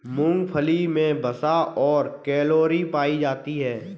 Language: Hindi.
मूंगफली मे वसा और कैलोरी पायी जाती है